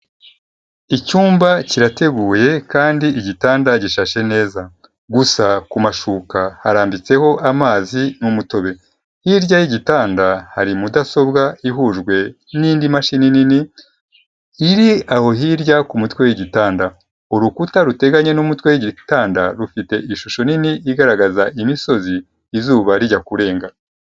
Icyumba kirateguye kandi igitanda gishashe neza. Gusa ku mashuka harambitseho amazi n'umutobe. Hirya y'igitanda hari mudasobwa ihujwe n'indi mashini nini, iri aho hirya ku mutwe w'igitanda. Urukuta ruteganye n'umutwe w'igitanda rufite ishusho nini igaragaza imisozi izuba rijya kurenga.